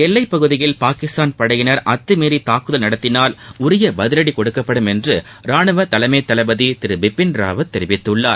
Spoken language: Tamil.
எல்லைப்பகுதியில் பாகிஸ்தான் படையினர் அத்துமீறி தாக்குதல் நடத்தினால் உரிய பதிவடி கொடுக்கப்படும் என்று ரானுவ தலைமைத்தளபதி திரு பிபின் ராவத் தெரிவித்துள்ளார்